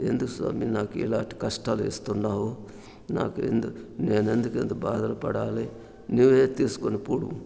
ఎందుకు స్వామి నాకు ఇలాంటి కష్టాలు ఇస్తున్నావు నాకెందుకు నేనెందుకు ఇంత బాధలు పడాలి నీవే తీసుకొని పోవు